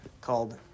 called